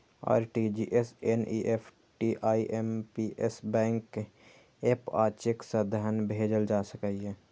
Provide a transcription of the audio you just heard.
RTGS, NEFT, IMPS, bank app आ cheque सं धन भेजल जा सकैए